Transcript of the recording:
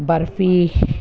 barfi